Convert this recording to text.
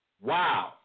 Wow